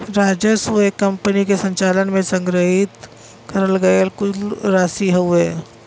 राजस्व एक कंपनी के संचालन में संग्रहित करल गयल कुल राशि हउवे